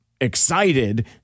excited